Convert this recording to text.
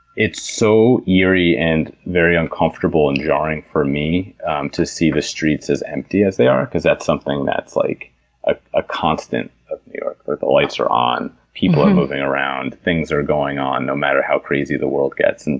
it's so eerie, and very uncomfortable, and jarring for me to see the streets as empty as they are, because that's something that's like a ah constant of new york. that the lights are on, people are moving around, things are going on no matter how crazy the world gets. and